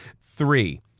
Three